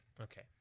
Okay